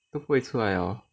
都不会出来了 lor